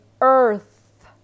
earth